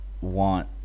want